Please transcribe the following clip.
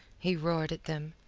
he roared at them.